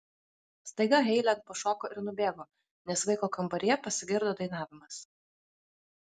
staiga heile pašoko ir nubėgo nes vaiko kambaryje pasigirdo dainavimas